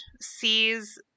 sees